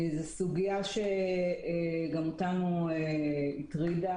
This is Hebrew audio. זו סוגיה שגם אותנו הטרידה.